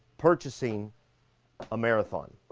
purchasing a marathon.